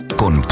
con